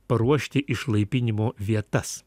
paruošti išlaipinimo vietas